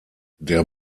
der